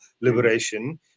liberation